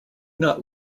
not